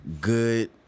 Good